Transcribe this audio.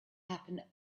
happen